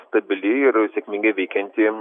stabili ir sėkmingai veikianti